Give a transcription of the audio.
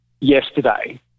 yesterday